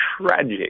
tragic